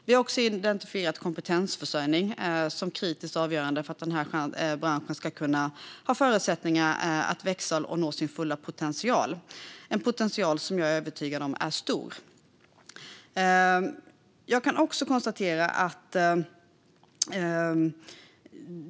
Vi har också identifierat kompetensförsörjning som kritiskt avgörande för att branschen ska ha förutsättningar att växa och nå sin fulla potential. Jag är övertygad om att det är en potential som är stor.